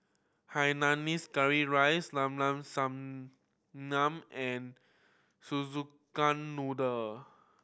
hainanese curry rice Llao Llao Sanum and Szechuan Noodle